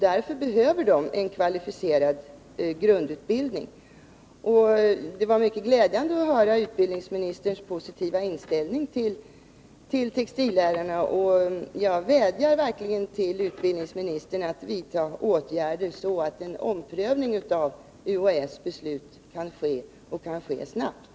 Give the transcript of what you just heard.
Därför behöver de en kvalificerad grundutbildning. Det var mycket glädjande att höra utbildningsministerns positiva inställning till textillärarna. Jag vädjar till utbildningsministern att vidta åtgärder så att en omprövning av UHÄ:s beslut kan ske, och ske snabbt.